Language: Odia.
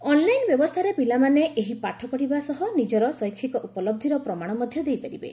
ଅନ୍ଲାଇନ ବ୍ୟବସ୍ଥାରେ ପିଲାମାନେ ଏହି ପାଠ ପଢ଼ିବା ସହ ନିଜର ଶୈକ୍ଷିକ ଉପଲହ୍ଜିର ପ୍ରମାଣ ମଧ୍ୟ ଦେଇପାରିବେ